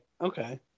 Okay